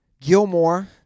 gilmore